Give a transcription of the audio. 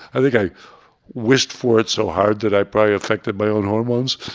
i think i wished for it so hard that i probably affected my own hormones